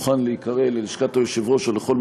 מוכן להיקרא ללשכת היושב-ראש או לכל